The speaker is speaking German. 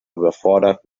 überfordert